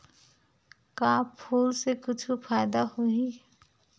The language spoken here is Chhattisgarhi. का फूल से कुछु फ़ायदा होही?